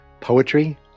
poetry